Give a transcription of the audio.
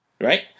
Right